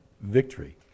victory